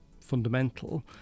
Fundamental